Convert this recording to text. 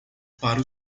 para